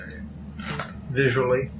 visually